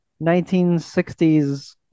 1960s